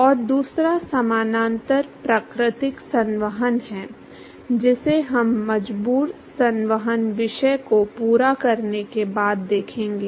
और दूसरा समानांतर प्राकृतिक संवहन है जिसे हम मजबूर संवहन विषय को पूरा करने के बाद देखेंगे